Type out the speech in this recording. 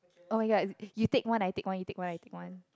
oh-my-god you take one I take one you take one I take one